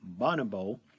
Bonobo